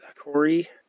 Corey